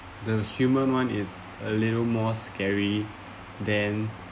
the human one is a little more scary then